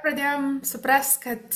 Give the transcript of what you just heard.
pradėjom suprast kad